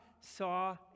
saw